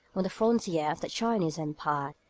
on the frontier of the chinese empire.